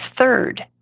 third